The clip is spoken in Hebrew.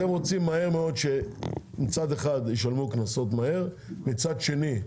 אתם רוצים שמצד אחד, ישלמו קנסות מהר ומצד שני,